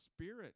spirit